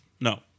No